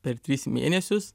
per trys mėnesius